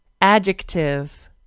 Adjective